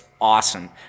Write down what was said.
awesome